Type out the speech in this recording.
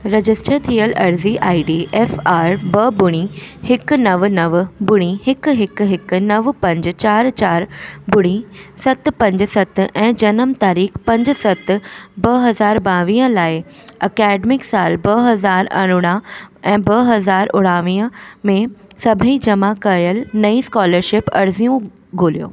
register थियल अर्ज़ी I D F R ॿ ॿुड़ी हिकु नव नव ॿुड़ी हिकु हिकु हिकु नव पंज चारि चारि ॿुड़ी सत पंज सत ऐं जनम तारीख़ पंज सत ॿ हज़ार ॿावीह लाइ अकेडमिक साल ॿ हज़ार अरिड़हं ऐं ॿ हज़ार उणिवीह में सभी जमा कयल नई स्कॉलरशिप अर्ज़ियूं ॻोल्हियो